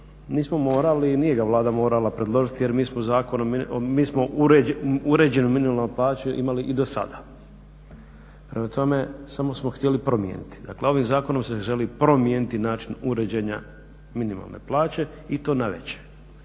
Nismo morali i nije ga Vlada morala predložiti jer mi smo uređenu minimalnu plaću imali i do sada. prema tome samo smo htjeli promijeniti, dakle ovim zakonom se želi promijeniti način uređenja minimalne plaće i to na više.